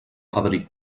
fadrí